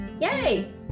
Yay